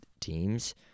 teams